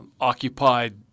occupied